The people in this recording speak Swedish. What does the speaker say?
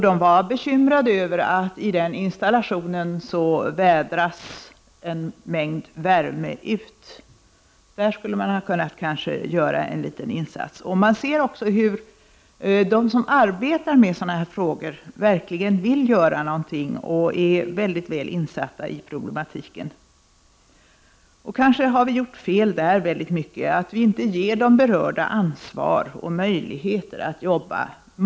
De var bekymrade över att en mängd värme vädras ut genom denna installation. I det sammanhanget skulle man kanske kunna göra en liten insats. Man ser hur de som arbetar med dessa frågor verkligen vill göra någonting och är mycket väl insatta i problematiken. Kanske har vi gjort fel när vi inte har givit de berörda ansvar och möjligheter att arbeta med dessa frågor.